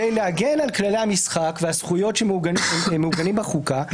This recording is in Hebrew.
כדי להגן על כללי המשחק והזכויות שמעוגנים בחוקה,